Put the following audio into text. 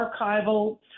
archival